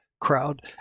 crowd